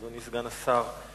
אדוני סגן השר,